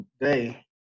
day